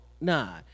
nah